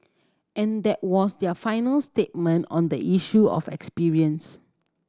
and that was their final statement on the issue of experience